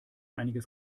einiges